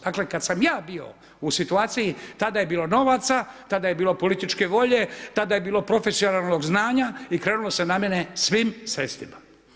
Dakle kad sam ja bio u situaciji, tada je bilo novaca, tada je bilo političke volje, tada je bilo profesionalnog znanja i krenulo se na mene svim sredstvima.